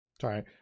Sorry